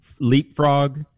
leapfrog